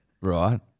Right